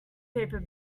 paper